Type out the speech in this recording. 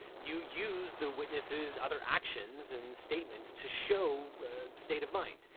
you use the witness's other actions and statements to show a state of mind.